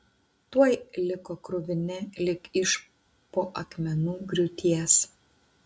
tuoj liko kruvini lyg iš po akmenų griūties